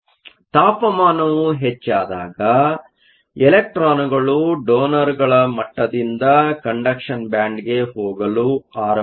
ತಾಪಮಾನವು ಹೆಚ್ಚಾದಾಗ ಎಲೆಕ್ಟ್ರಾನ್ಗಳು ಡೋನರ್ಗಳ ಮಟ್ಟದಿಂದ ಕಂಡಕ್ಷನ್ ಬ್ಯಾಂಡ್ಗೆ ಹೋಗಲು ಆರಂಭಿಸುತ್ತವೆ